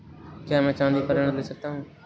क्या मैं चाँदी पर ऋण ले सकता हूँ?